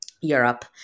europe